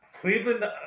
Cleveland